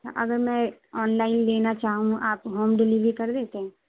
اگر میں online لینا چاہوں آپ ہوم ڈلیوری کر دیتے